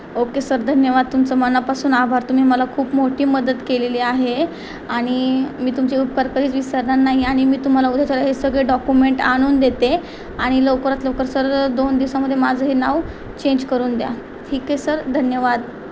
okay sir धन्यवाद तुमचे मनापासून आभार तुम्ही मला खूप मोठी मदत केलेली आहे आणि मी तुमचे उपकार कधीच विसरणार नाही आणि मी तुम्हाला उद्याच हे सगळे डॉक्युमेंट आणून देते आणि लवकरात लवकर सर दोन दिवसामध्ये माझं हे नाव चेंज करून द्या ठीक आहे सर धन्यवाद